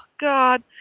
God